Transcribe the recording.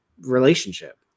relationship